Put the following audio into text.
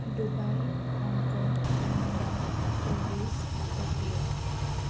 Dubai Hong Kong London Paris Tokyo